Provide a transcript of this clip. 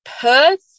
perth